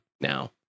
now